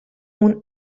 اون